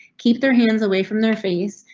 keep their hands away from their face,